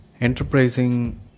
Enterprising